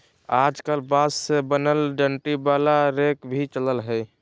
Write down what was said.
आजकल बांस से बनल डंडी वाला रेक भी चलल हय